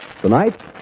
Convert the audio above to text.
Tonight